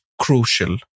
crucial